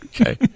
okay